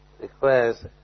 requires